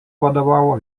vadovavo